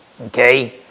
Okay